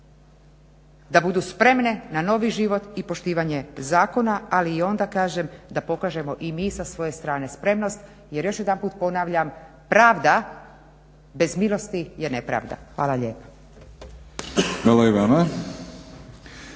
da budu spremne na novi život i poštivanje zakona, ali onda kažem da pokažemo i mi sa svoje strane spremnost jer još jedanput ponavljam, pravda bez milosti je nepravda. Hvala lijepa.